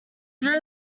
there